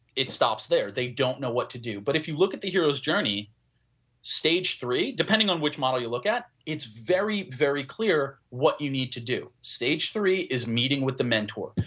it stops there, they don't know what to do but if you look at the hero's journey stage three, depending on which model you look at, it's very, very clear what you need to do. stage three is meeting with the mentor.